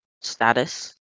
status